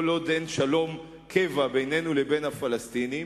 כל עוד אין שלום-קבע בינינו לבין הפלסטינים,